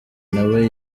nawe